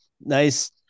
Nice